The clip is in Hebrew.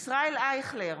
ישראל אייכלר,